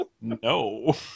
No